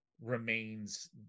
remains